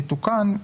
יתוקן,